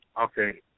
Okay